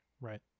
Right